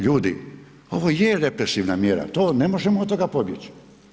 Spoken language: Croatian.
Ljudi, ovo je represivna mjera, ne možemo od toga pobjeći.